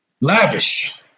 lavish